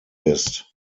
bist